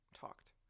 talked